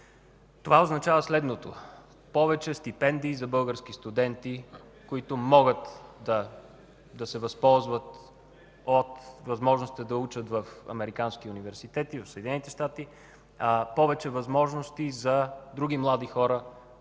Това означава повече стипендии за български студенти, които могат да се възползват от възможностите да учат в американски университети в Съединените щати, повече възможности за други млади хора,